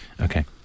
okay